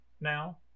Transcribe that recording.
now